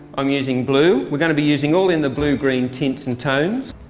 i'm using blue, we're gonna be using all in the blue-green tints and tones.